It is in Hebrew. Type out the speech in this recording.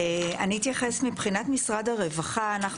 אני אתייחס מבחינת משרד הרווחה אנחנו